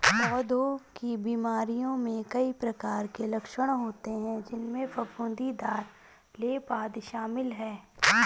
पौधों की बीमारियों में कई प्रकार के लक्षण होते हैं, जिनमें फफूंदीदार लेप, आदि शामिल हैं